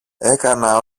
έκανα